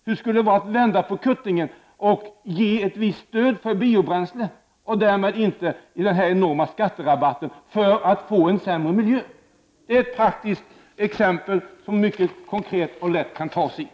Hur skulle det vara att vända på kuttingen och ge ett visst stöd till biobränslen? Därmed skulle inte enorma skatterabatter betalas ut för något som ger oss en sämre miljö. Det är ett praktiskt exempel, som man mycket lätt kan ta till sig.